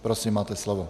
Prosím, máte slovo.